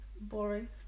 boring